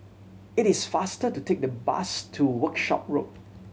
it is faster to take the bus to Workshop Road